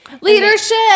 Leadership